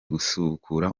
gusubukura